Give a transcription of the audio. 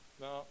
Now